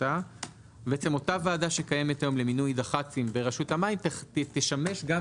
אותה ועדה שקיימת כיום למינוי דח"צים ברשות המים תשמש גם